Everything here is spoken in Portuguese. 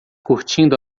curtindo